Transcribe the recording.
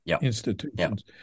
institutions